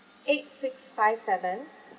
eight six five seven